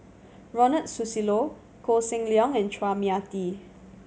Ronald Susilo Koh Seng Leong and Chua Mia Tee